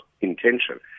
intention